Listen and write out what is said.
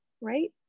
Right